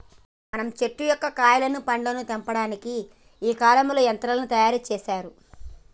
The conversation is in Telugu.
మనం చెట్టు యొక్క కాయలను పండ్లను తెంపటానికి ఈ కాలంలో యంత్రాన్ని తయారు సేసారు